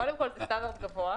קודם כל, זה סטנדרט גבוה.